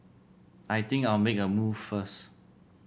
I think I'll make a move first